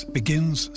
begins